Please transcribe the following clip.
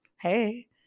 Hey